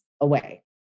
away